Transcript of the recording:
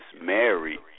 married